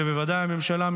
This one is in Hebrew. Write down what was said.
ובוודאי הממשלה,